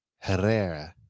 Herrera